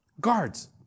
guards